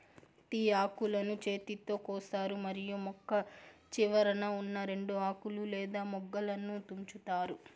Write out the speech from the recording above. tea ఆకులను చేతితో కోస్తారు మరియు మొక్క చివరన ఉన్నా రెండు ఆకులు లేదా మొగ్గలను తుంచుతారు